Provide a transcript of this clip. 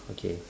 okay